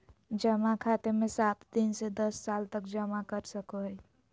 जमा खाते मे सात दिन से दस साल तक जमा कर सको हइ